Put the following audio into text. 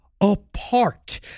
apart